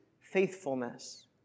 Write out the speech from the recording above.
faithfulness